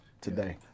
today